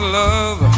love